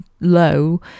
low